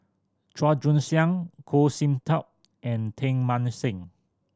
Chua Joon Siang Goh Sin Tub and Teng Mah Seng